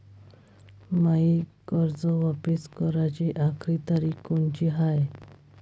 मायी कर्ज वापिस कराची आखरी तारीख कोनची हाय?